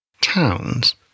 towns